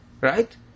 right